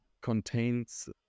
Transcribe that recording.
contains